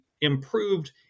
improved